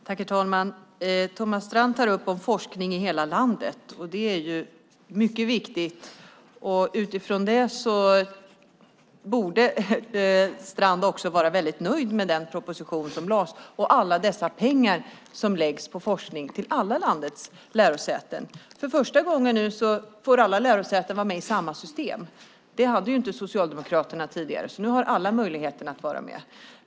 Herr talman! Thomas Strand tar upp frågan om forskning i hela landet. Den är mycket viktig, och därför borde Strand vara nöjd med den proposition som lades fram, liksom alla pengar som läggs på forskning vid landets alla lärosäten. För första gången får samtliga lärosäten vara med i samma system. Så var det inte tidigare under den socialdemokratiska regeringstiden. Nu har alla möjlighet att vara med.